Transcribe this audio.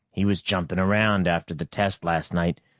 he was jumping around after the test last night,